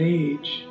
age